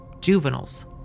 juveniles